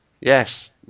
Yes